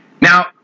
Now